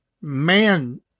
man